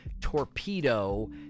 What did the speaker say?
torpedo